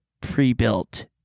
pre-built